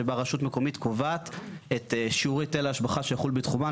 שבו רשות מקומית קובעת את שיעור היטל ההשבחה שיחול בתחומה,